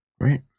Right